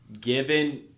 given